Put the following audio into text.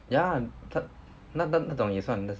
ya 他那那种也是算 that's